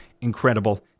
Incredible